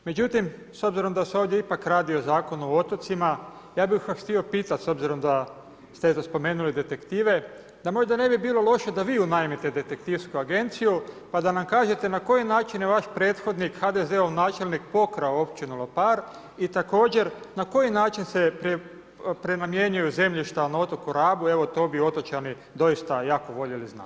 Međutim s obzirom da se ovdje ipak radi o Zakonu o otocima, ja bih ipak htio pitati s obzirom da ste eto spomenuli detektive, da možda ne bi bilo loše da vi unajmite detektivsku agenciju pa da nam kažete na koji način je vaš prethodnik HDZ-ov načelnik pokrao općinu Lopar i također, na koji način se prenamjenjuju zemljišta na otoku Rabu, evo to bi otočani doista jako voljeli znati.